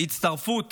הצטרפות